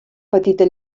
petita